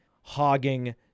Hogging